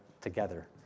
together